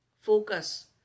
Focus